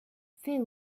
fait